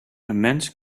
mens